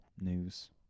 news